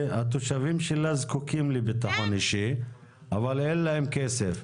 שהתושבים שלה זקוקים לביטחון אישי אבל אין להם כסף.